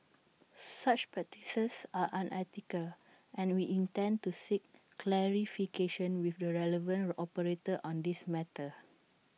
such practices are unethical and we intend to seek clarification with the relevant operator on this matter